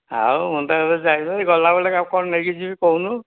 ଆଉ ମୁଁ ତ ଏବେ ଯାଇପରିବିନି ଗଲାବେଳେ କ'ଣ ନେଇକି ଯିବି କହୁନୁ